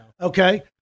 Okay